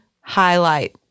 highlight